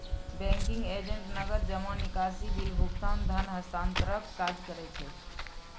banking agent नकद जमा, निकासी, बिल भुगतान, धन हस्तांतरणक काज करै छै